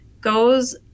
goes